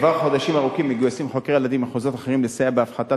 כבר חודשים ארוכים מגויסים חוקרי ילדים ממחוזות אחרים לסייע בהפחתת